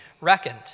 reckoned